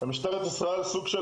שבאותו המקרה משטרת ישראל הפעילה